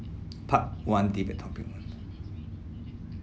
part one debate topic one